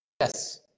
Yes